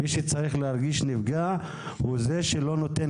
מי שצריך להרגיש נפגע הוא זה שלא נותן